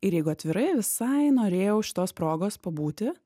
ir jeigu atvirai visai norėjau šitos progos pabūti